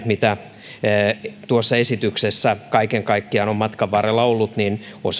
mitä tuossa esityksessä kaiken kaikkiaan on on matkan varrella ollut osa on